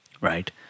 Right